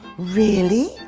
really?